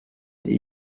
die